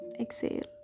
exhale